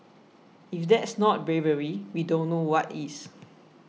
if that's not bravery we don't know what is